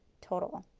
total.